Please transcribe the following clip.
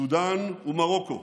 סודאן ומרוקו